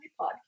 podcast